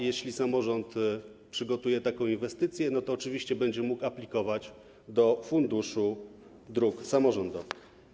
Jeśli samorząd przygotuje taką inwestycję, to oczywiście będzie mógł aplikować do Funduszu Dróg Samorządowych.